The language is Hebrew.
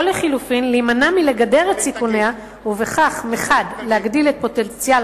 או לחלופין להימנע מלגדר את סיכוניה ובכך מחד להגדיל את פוטנציאל